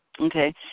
Okay